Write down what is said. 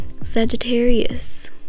sagittarius